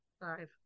Five